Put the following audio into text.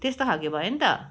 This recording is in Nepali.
त्यस्तो खालके भयो नि त